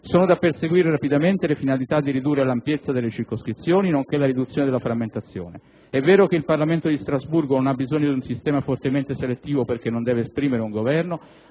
sono da perseguire rapidamente le finalità di ridurre l'ampiezza delle circoscrizioni, nonché la riduzione della frammentazione. È vero che il Parlamento di Strasburgo non ha bisogno di un sistema fortemente selettivo perché non deve esprimere un Governo,